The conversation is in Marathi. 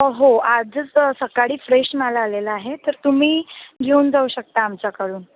हो आजच सकाळी फ्रेश माल आलेला आहे तर तुम्ही घेऊन जाऊ शकता आमच्याकडून